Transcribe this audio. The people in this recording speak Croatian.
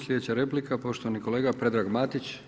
Slijedeća replika, poštovani kolega Predrag Matić.